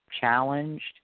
challenged